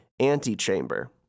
Antichamber